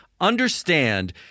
understand